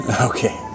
Okay